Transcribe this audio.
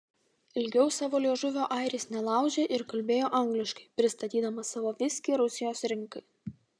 ilgiau savo liežuvio airis nelaužė ir kalbėjo angliškai pristatydamas savo viskį rusijos rinkai